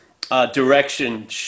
direction